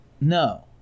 no